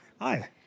Hi